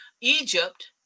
Egypt